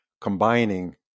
combining